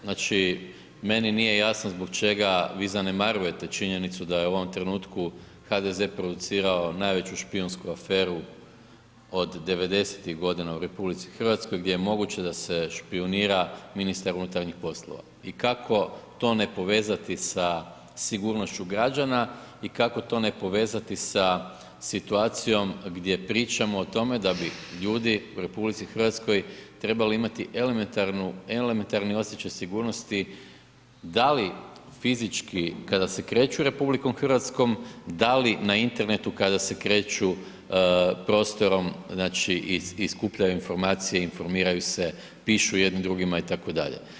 Znači, meni nije jasno zbog čega vi zanemarujete činjenicu da je u ovom trenutku HDZ producirao najveću špijunsku aferu od 90.-tih godina u RH, gdje je moguće da se špijunira ministar unutarnjih poslova i kako to ne povezati sa sigurnošću građana i kako to ne povezati sa situacijom gdje pričamo o tome da bi ljudi u RH trebali imati elementarni osjećaj sigurnosti, da li fizički kada se kreću RH, da li na internetu kada se kreću prostorom, znači, i skupljaju informacije, informiraju se, pišu jedni drugima itd.